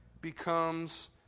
becomes